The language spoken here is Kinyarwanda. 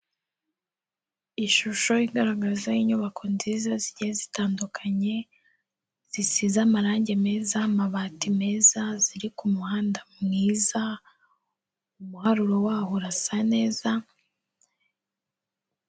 Ishusho igaragaza inyubako nziza zigiye zitandukanye zisize amarangi meza, amabati meza ziri ku muhanda mwiza, umuharuro wawo urasa neza.